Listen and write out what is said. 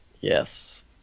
yes